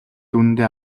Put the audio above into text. үнэндээ